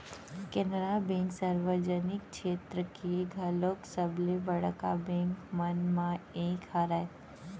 Canara bank सार्वजनिक छेत्र के घलोक सबले बड़का बेंक मन म एक हरय